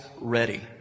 ready